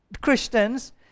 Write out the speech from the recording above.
Christians